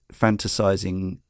fantasizing